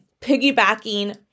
piggybacking